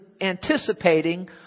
anticipating